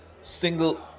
single